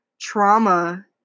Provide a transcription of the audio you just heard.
trauma